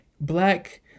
black